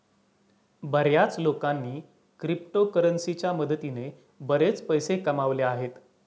बर्याच लोकांनी क्रिप्टोकरन्सीच्या मदतीने बरेच पैसे कमावले आहेत